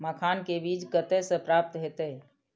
मखान के बीज कते से प्राप्त हैते?